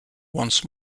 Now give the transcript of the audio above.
once